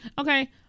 okay